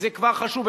וזה כבר חשוב,